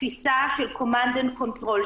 התפיסה של command and control,